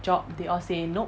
job they all say no